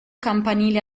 campanile